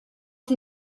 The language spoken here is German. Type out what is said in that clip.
sie